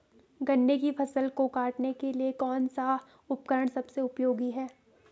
गन्ने की फसल को काटने के लिए कौन सा उपकरण सबसे उपयोगी है?